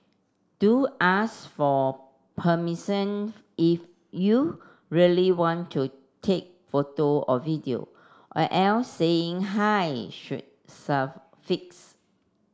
do ask for if you really want to take photo or video or else saying hi should